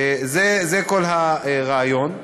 זה כל הרעיון.